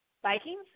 Vikings